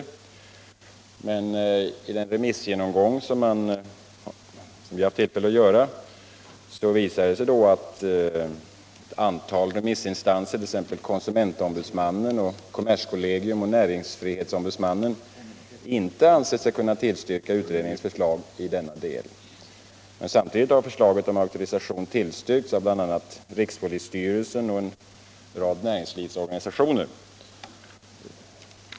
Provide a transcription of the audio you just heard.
Men vid den remissgenomgång vi haft tillfälle att göra visade det sig att ett antal remissinstanser, t.ex. konsumentombudsmannen, kommerskollegium och näringsfrihetsombudsmannen, inte anser sig kunna tillstyrka utredningens förslag i denna del. Samtidigt har förslaget om auktorisation tillstyrkts av bl.a. rikspolisstyrelsen och en rad näringslivsorganisationer.